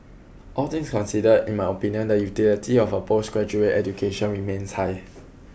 all things considered in my opinion the utility of a postgraduate education remains high